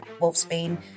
Wolfsbane